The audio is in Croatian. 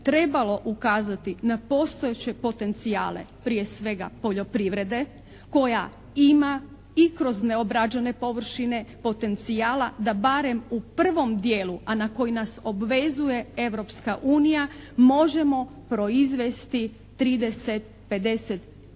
trebalo ukazati na postojeće potencijale, prije svega poljoprivrede koja ima i kroz neobrađene površine potencijala da barem u prvom dijelu, a na koji nas obvezuje Europska unija možemo proizvesti 30, 50 tisuća